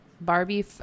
Barbie